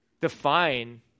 define